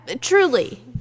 Truly